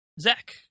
Zach